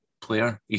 player